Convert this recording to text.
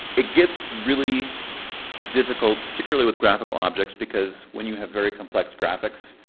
it gets really difficult, particularly with graphical objects, because when you have very complex graphics,